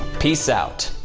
peace out.